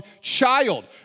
child